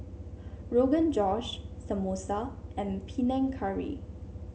Rogan Josh Samosa and Panang Curry